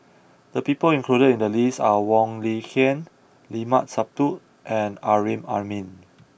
the people included in the list are Wong Lin Ken Limat Sabtu and Amrin Amin